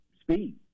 speed